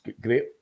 great